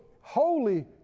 holy